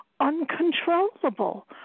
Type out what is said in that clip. uncontrollable